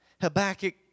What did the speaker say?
Habakkuk